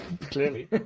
Clearly